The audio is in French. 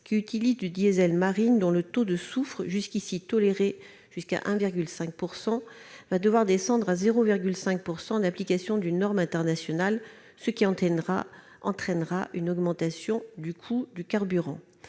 qui utilise du diesel marine dont le taux de soufre, jusqu'ici toléré jusqu'à 1,5 %, va devoir descendre à 0,5 %, en application d'une norme internationale, ce qui entraînera une augmentation du coût du carburant